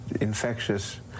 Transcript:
infectious